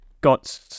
got